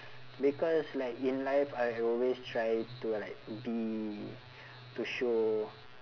because like in life I always try to like be to show